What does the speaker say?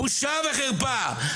בושה וחרפה,